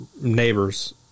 neighbors